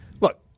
Look